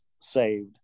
saved